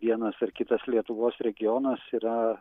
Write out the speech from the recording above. vienas ar kitas lietuvos regionas yra